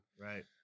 Right